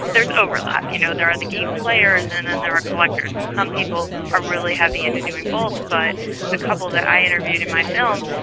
there is overlap, you know there are the game players and then and there are collectors, and some people are really heavy into doing both, but the couple that i interviewed in my film,